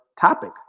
topic